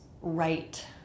right